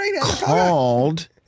called